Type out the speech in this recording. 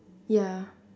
ya